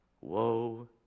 Woe